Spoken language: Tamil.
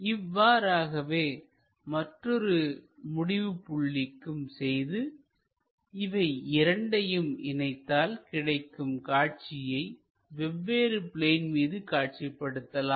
இவ்வாறாகவே மற்றொரு முடிவு புள்ளிக்கும் செய்து இவை இரண்டையும் இணைத்தால் கிடைக்கும் காட்சியை வெவ்வேறு பிளேன்மீது காட்சிப்படுத்தலாம்